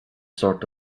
sort